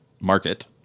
market